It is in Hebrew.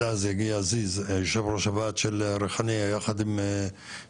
עד אז יגיע עזיז יושב ראש הוועד של ריחאניה יחד עם זכירא.